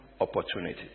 opportunities